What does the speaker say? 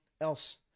else